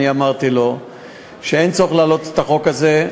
אני אמרתי לו שאין צורך להעלות את החוק הזה,